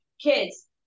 Kids